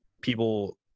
People